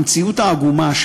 המציאות העגומה,